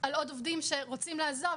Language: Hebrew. על עוד עובדים שרוצים לעזוב.